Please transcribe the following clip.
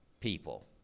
people